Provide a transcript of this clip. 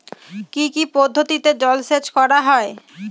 কি কি পদ্ধতিতে জলসেচ করা হয়?